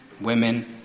women